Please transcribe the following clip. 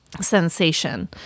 sensation